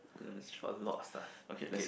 for a lot of stuff K